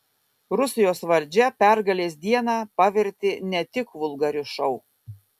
rusijos valdžia pergalės dieną pavertė ne tik vulgariu šou